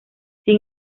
sin